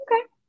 Okay